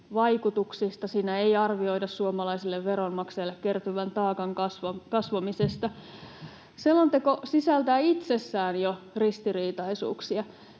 vaikutuksista. Siinä ei arvioida suomalaisille veronmaksajille kertyvän taakan kasvamista. Selonteko sisältää jo itsessään ristiriitaisuuksia.